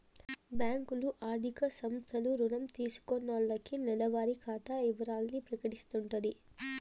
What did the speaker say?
బ్యాంకులు, ఆర్థిక సంస్థలు రుణం తీసుకున్నాల్లకి నెలవారి ఖాతా ఇవరాల్ని ప్రకటిస్తాయంటోది